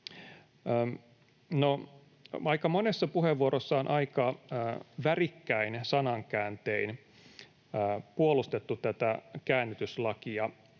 monessa puheenvuorossa on aika värikkäin sanankääntein puolustettu tätä käännytyslakia.